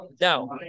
Now